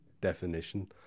definition